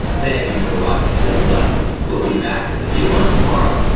thank you for watching this lesson. we'll be back with a new one tomorrow.